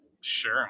Sure